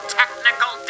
technical